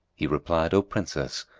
he replied, o princess,